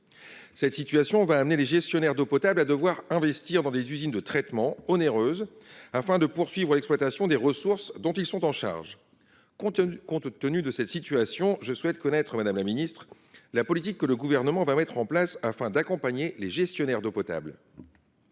Cette situation conduira les gestionnaires d’eau potable à investir dans des usines de traitement onéreuses, afin de poursuivre l’exploitation des ressources dont ils ont la charge. Madame la ministre, compte tenu de cette situation, je souhaite connaître la politique que le Gouvernement compte mettre en place afin d’accompagner les gestionnaires d’eau potable.